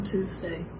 Tuesday